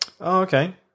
okay